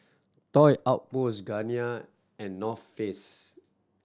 Toy Outpost Garnier and North Face